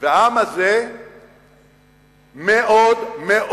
העם הזה מאוד מאוד